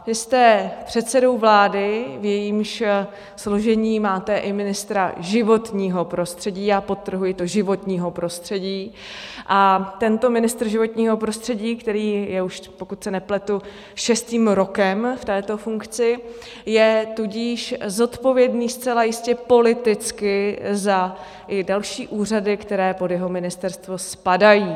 Vy jste předsedou vládu, v jejímž složení máte i ministra životního prostředí já podtrhuji to životního prostředí , a tento ministr životního prostředí, který je už, pokud se nepletu, šestým rokem v této funkci, je tudíž zodpovědný zcela jistě politicky i za další úřady, které pod jeho ministerstvo spadají.